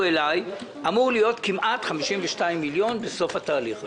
אליי אמורים להיות כמעט 52 מיליון בסוף התהליך הזה.